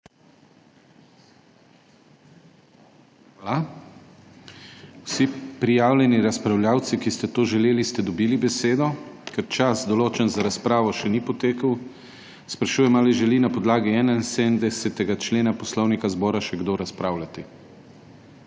vam. Vsi prijavljeni razpravljavci, ki ste to želeli, ste dobili besedo. Ker čas, določen za razpravo, še ni potekel, sprašujem, ali želi na podlagi 71. člena Poslovnika še kdo razpravljati?